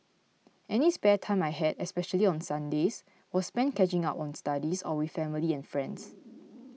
any spare time I had especially on Sundays was spent catching up on studies or with family and friends